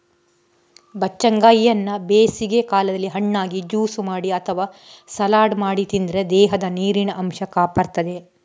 ಬಚ್ಚಂಗಾಯಿಯನ್ನ ಬೇಸಿಗೆ ಕಾಲದಲ್ಲಿ ಹಣ್ಣಾಗಿ, ಜ್ಯೂಸು ಮಾಡಿ ಅಥವಾ ಸಲಾಡ್ ಮಾಡಿ ತಿಂದ್ರೆ ದೇಹದ ನೀರಿನ ಅಂಶ ಕಾಪಾಡ್ತದೆ